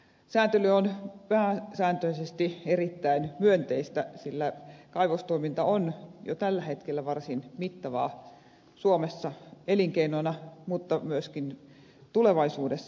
sääntely on pääsääntöisesti erittäin myönteistä sillä kaivostoiminta on jo tällä hetkellä varsin mittavaa suomessa elinkeinona mutta myöskin tulevaisuudessa